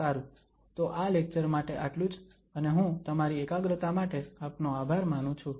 સારું તો આ લેક્ચર માટે આટલું જ અને હું તમારી એકાગ્રતા માટે આપનો આભાર માનું છું